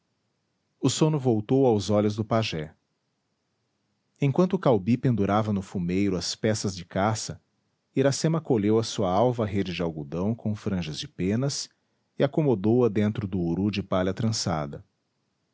o sono voltou aos olhos do pajé enquanto caubi pendurava no fumeiro as peças de caça iracema colheu a sua alva rede de algodão com franjas de penas e acomodou a dentro do uru de palha trançada